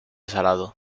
salado